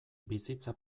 bizitza